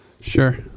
sure